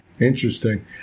Interesting